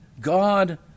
God